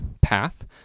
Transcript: path